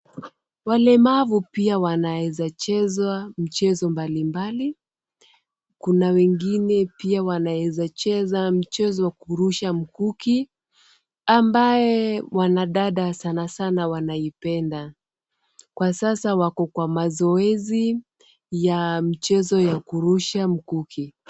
Walemavu pia wanaeza cheza mchezo mbalimbali. Kuna wengine pia wanaeza cheza mchezo kurusha mkuki, ambaye wanadada sanasana wanaipenda. Kwa sasa wako kwa mazoezi ya mchezo ya kurusha mkuki.